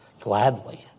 gladly